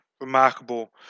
remarkable